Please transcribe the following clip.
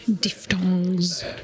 diphthongs